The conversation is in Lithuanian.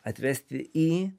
atvesti į